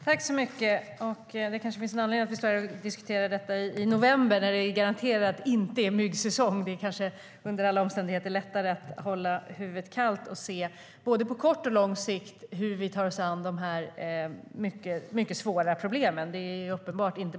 Herr talman! Det finns kanske en anledning till att vi diskuterar detta i november när det garanterat inte är myggsäsong. Då är det kanske lättare att hålla huvudet kallt och titta på hur vi ska ta oss an de här mycket svåra problemen, både på kort och på lång sikt.